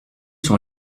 sont